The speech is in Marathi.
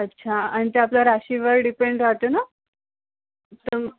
अच्छा आणि ते आपल्या राशीवर डिपेंड राहतो ना तर